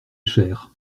cher